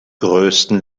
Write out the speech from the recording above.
größten